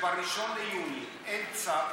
שב-1 ביולי אין צו,